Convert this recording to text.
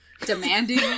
demanding